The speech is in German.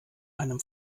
einem